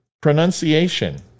Pronunciation